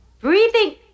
breathing